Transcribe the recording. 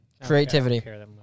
Creativity